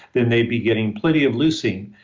then they'd be getting plenty of leucine.